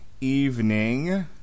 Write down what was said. evening